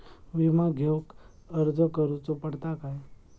विमा घेउक अर्ज करुचो पडता काय?